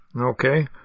okay